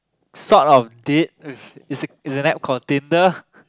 sort of did with is an App called Tinder